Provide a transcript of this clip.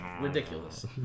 ridiculous